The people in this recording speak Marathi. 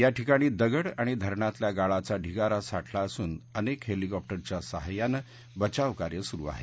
या ठिकाणी दगड आणि धरणातल्या गाळाचा ढिगारा साठला असून अनेक हेलिकॉप्टरच्या सहाय्यानं बचाव कार्य सुरू आहे